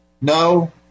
No